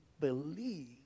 believe